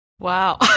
Wow